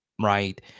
Right